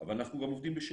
אבל אנחנו גם עובדים בשקט.